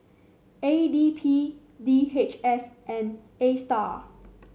A D P D H S and Astar